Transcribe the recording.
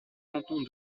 cantons